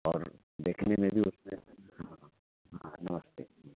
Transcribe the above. और देखने में भी उसमें हाँ नमस्ते